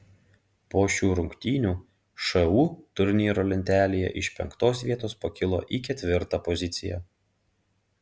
po šių rungtynių šu turnyro lentelėje iš penktos vietos pakilo į ketvirtą poziciją